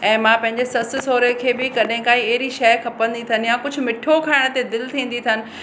ऐं मां पंहिंजे ससु सहुरे खे बि कॾहिं काई अहिड़ी शइ खपंदी अथनि या कुझु मिठो खाइण ते दिलि थींदी अथनि